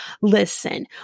Listen